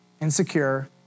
insecure